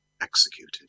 executed